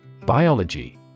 Biology